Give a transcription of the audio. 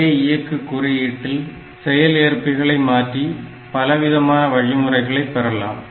ஒரே இயக்கு குறியீட்டில் செயல் ஏற்பிகளை மாற்றி பலவிதமான வழிமுறைகளை பெறலாம்